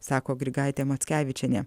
sako grigaitė mockevičienė